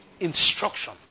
instruction